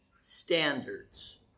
standards